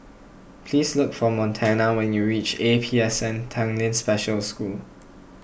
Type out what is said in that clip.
please look for Montana when you reach A P S N Tanglin Special School